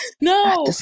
No